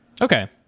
Okay